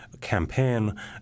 campaign